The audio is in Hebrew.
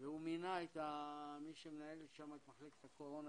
והוא מינה את מי שמנהלת שם את מחלקת הקורונה,